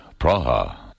Praha